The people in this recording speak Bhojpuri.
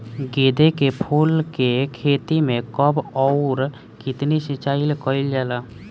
गेदे के फूल के खेती मे कब अउर कितनी सिचाई कइल जाला?